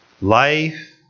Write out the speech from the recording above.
life